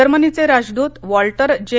जर्मनीचे राजदूत वॉल्टर जे